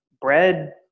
bread